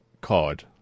card